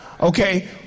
Okay